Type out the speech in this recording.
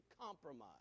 compromise